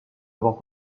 avoir